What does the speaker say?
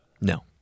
No